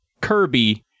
Kirby